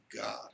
God